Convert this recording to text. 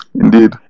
Indeed